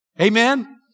Amen